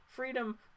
freedom